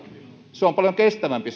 se heidän puutaloutensa on paljon kestävämpää